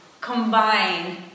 combine